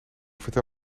vertel